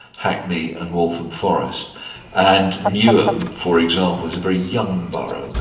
hackney and waltham forest. and newham, for example, is a very young borough.